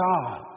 God